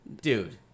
dude